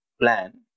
Plan